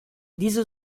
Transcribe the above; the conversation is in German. diese